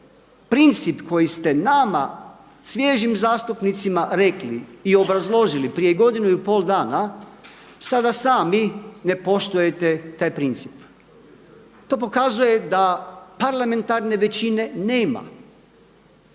princip koji ste nama svježim zastupnicima rekli i obrazložili prije godinu i pol dana sada sami ne poštujete taj princip. To pokazuje da parlamentarne većine nema,